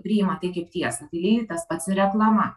priima tai kaip tiesą tai lygiai tas pats su reklama